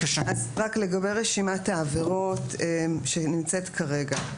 רק לגבי רשימת העבירות שנמצאת כרגע,